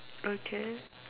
okay